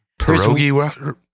Pierogi